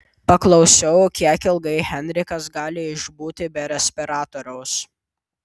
paklausiau kiek ilgai henrikas gali išbūti be respiratoriaus